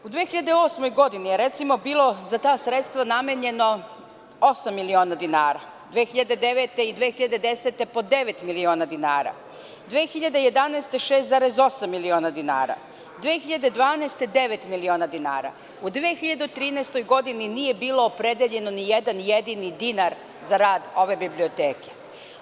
U 2008. godini je, recimo, bilo za ta sredstva namenjeno osam miliona dinara, 2009. i 2010. godine po devet miliona dinara, 2011. godine 6,8 miliona dinara, 2012. godine devet miliona dinara, u 2013. godini nije bio opredeljen ni jedan jedini dinar za rad ove biblioteke.